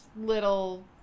little